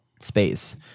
space